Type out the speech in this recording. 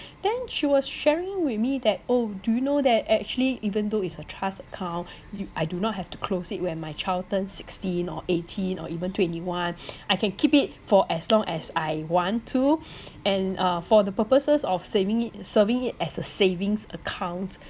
then she was sharing with me that oh do you know that actually even though it's a trust account you I do not have to close it when my child turn sixteen or eighteen or even twenty one I can keep it for as long as I want to and uh for the purposes of saving it serving it as a savings account